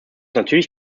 natürlich